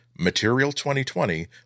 material2020